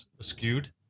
Skewed